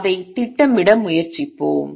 அதைத் திட்டமிட முயற்சிப்போம்